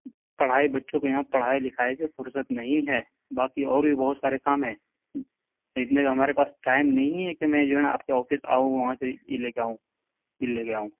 پڑھائی بچوں کو یہاں پڑھائی لکھائی سے فرصت نہیں ہے باقی اور بھی بہت سارے کام ہیں اتنے کا ہمارے پاس ٹائم نہیں ہے کہ میں جو ہے آپ کے آفس آؤں وہاں سے ای لے کے آؤں بل لے کے آؤں